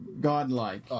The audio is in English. godlike